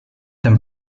them